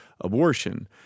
abortion